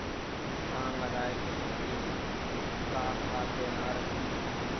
धान लगाय के पहली का खाद देना रही?